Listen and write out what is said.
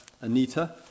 Anita